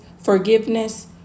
forgiveness